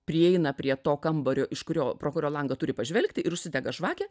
prieina prie to kambario iš kurio pro kurio langą turi pažvelgti ir užsidega žvakę